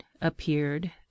appeared